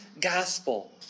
gospel